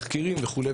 תחקירים וכו'.